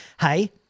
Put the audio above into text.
Hey